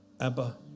Abba